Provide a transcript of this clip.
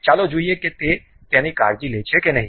ચાલો જોઈએ કે તે તેની કાળજી લે છે કે નહીં